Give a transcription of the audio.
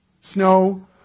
Snow